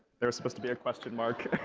there's supposed to be a question mark.